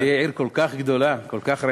זו תהיה עיר כל כך גדולה, כל כך רחבה.